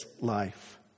life